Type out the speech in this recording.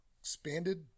expanded